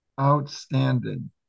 Outstanding